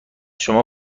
شما